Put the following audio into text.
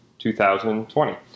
2020